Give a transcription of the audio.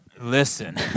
Listen